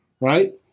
right